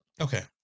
Okay